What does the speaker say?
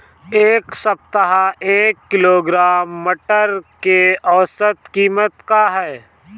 एक सप्ताह एक किलोग्राम मटर के औसत कीमत का ह?